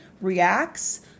reacts